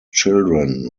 children